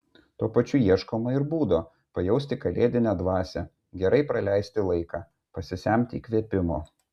tuo pačiu ieškoma ir būdo pajausti kalėdinę dvasią gerai praleisti laiką pasisemti įkvėpimo